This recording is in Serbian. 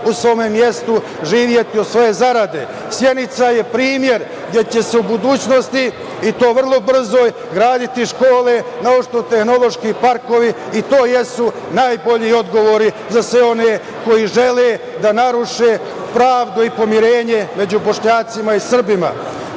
u svome mestu živeti od svoje zarade. Sjenica je primer gde će se u budućnosti i to vrlo brzo graditi škole, naučno-tehnološki parkovi i to jesu najbolji odgovori za sve one koji žele da naruše pravdu i pomirenje među Bošnjacima i Srbima. Kao